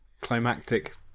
climactic